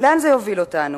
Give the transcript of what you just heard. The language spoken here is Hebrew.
לאן זה יוביל אותנו?